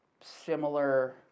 similar